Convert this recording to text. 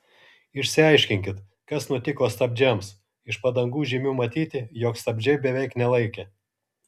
išsiaiškinkit kas nutiko stabdžiams iš padangų žymių matyti jog stabdžiai beveik nelaikė